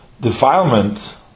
defilement